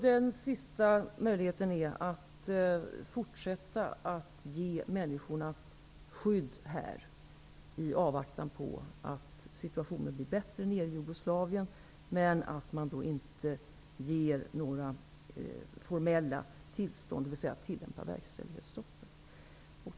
Den sista möjligheten är att fortsätta att ge människorna skydd här i avvaktan på att situationen nere i Jugoslavien blir bättre, men man ger inga formella tillstånd -- dvs. tillämpar verkställighetsstoppet.